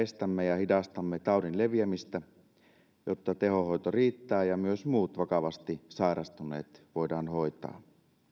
estämme ja hidastamme taudin leviämistä jotta tehohoito riittää ja myös muut vakavasti sairastuneet voidaan hoitaa